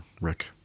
Rick